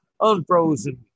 unfrozen